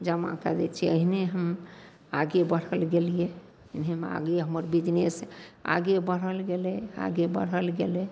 जमा कै दै छिए एहने हम आगे बढ़ल गेलिए एनाहिएमे आगे हमर बिजनेस आगे बढ़ल गेलै आगे बढ़ल गेलै